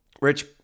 Rich